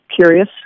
curious